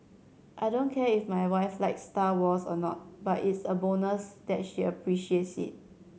I don't care if my wife likes Star Wars or not but it's a bonus that she appreciates it